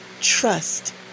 Trust